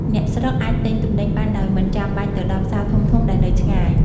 អ្នកស្រុកអាចទិញទំនិញបានដោយមិនចាំបាច់ទៅដល់ផ្សារធំៗដែលនៅឆ្ងាយ។